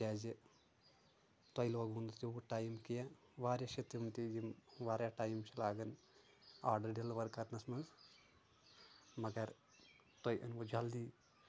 تِکیٛازِ تۄہہِ لوگو نہٕ تیوٗت ٹایِم کینٛہہ واریاہ چھِ تِم تہِ یِم واریاہ ٹایِم چھِ لاگان آرڈر ڈلور کرنس منٛز مگر تۄہہِ انۍوٕ جلدی